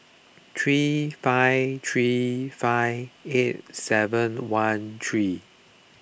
three five three five eight seven one three